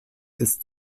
ist